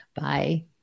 Bye